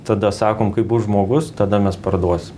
tada sakom kai bus žmogus tada mes parduosim